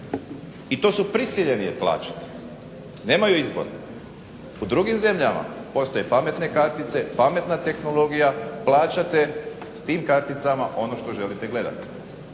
i to su prisiljeni je plaćati, nemaju izbora. U drugim zemljama postoje pametne kartice, pametna tehnologija, plaćate tim karticama ono što želite gledati